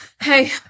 hey